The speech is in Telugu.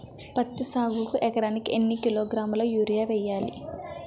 పత్తి సాగుకు ఎకరానికి ఎన్నికిలోగ్రాములా యూరియా వెయ్యాలి?